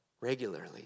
regularly